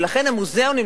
ולכן המוזיאונים,